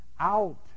out